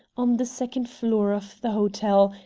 on the second floor of the hotel,